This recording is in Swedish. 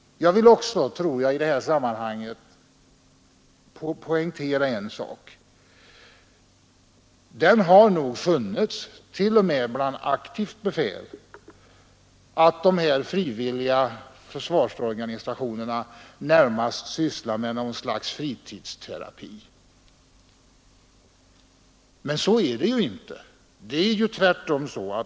Jag vill också i detta sammanhang poängtera en annan sak, nämligen att även bland aktivt befäl har funnits uppfattningen att de frivilliga försvarsorganisationerna närmast sysslar med något slags fritidsterapi. Men så är det inte!